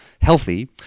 healthy